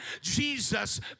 Jesus